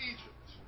Egypt